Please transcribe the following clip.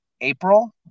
April